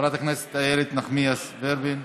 חברת הכנסת איילת נחמיאס ורבין,